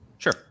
Sure